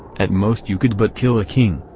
at most you could but kill a king,